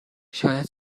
شاید